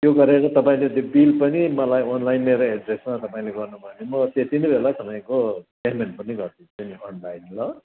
त्यो गरेर तपाईँले त्यो बिल पनि मलाई अनलाइन मेरो एड्रेससमा तपाईँले गर्नुभयो भने म त्यत्ति नै बेला तपाईँको पेमेन्ट पनि गरिदिन्छु नि अनलाइन ल